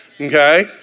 Okay